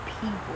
people